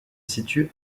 situent